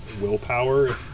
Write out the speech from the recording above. willpower